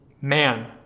Man